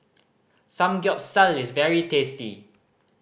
samgyeopsal is very tasty